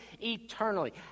eternally